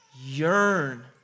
yearn